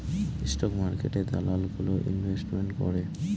stock মার্কেটে দালাল গুলো ইনভেস্টমেন্ট করে